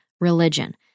religion